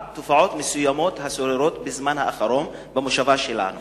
מסוימות השוררות בזמן האחרון במושבה שלנו,